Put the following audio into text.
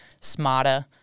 smarter